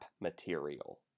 material